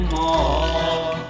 more